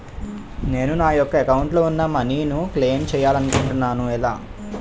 నేను నా యెక్క అకౌంట్ లో ఉన్న మనీ ను క్లైమ్ చేయాలనుకుంటున్నా ఎలా?